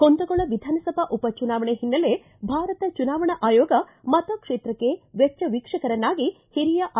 ಕುಂದಗೋಳ ವಿಧಾನಸಭಾ ಉಪ ಚುನಾವಣೆ ಹಿನ್ನೆಲೆ ಭಾರತ ಚುನಾವಣಾ ಆಯೋಗ ಮತ ಕ್ಷೇತ್ರಕ್ಷೆ ವೆಚ್ಚ ವೀಕ್ಷಕರನ್ನಾಗಿ ಹಿರಿಯ ಐ